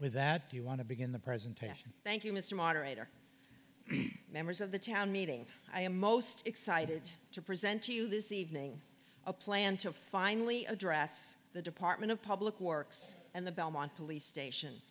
with that do you want to begin the presentation thank you mr moderator members of the town meeting i am most excited to present to you this evening a plan to finally address the department of public works and the belmont police station